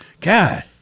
God